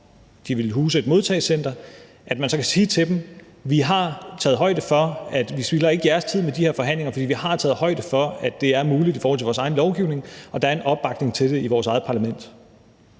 de vil huse et modtagecenter, at man så kan sige til dem: Vi har taget højde for, at vi ikke spilder jeres tid med de her forhandlinger, for vi har taget højde for, at det er muligt i forhold til vores egen lovgivning, og der er en opbakning til det i vores eget parlament.